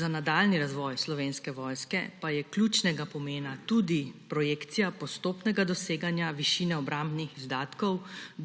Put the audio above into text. Za nadaljnji razvoj Slovenske vojske pa je ključnega pomena tudi projekcija postopnega doseganja višine obrambnih izdatkov